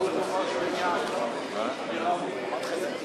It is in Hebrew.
זכויותיהם וחובותיהם (תיקון,